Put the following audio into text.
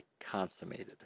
consummated